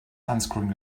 unscrewing